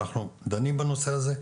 אנחנו דנים בנושא הזה,